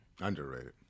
underrated